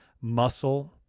muscle